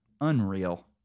unreal